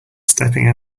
stepping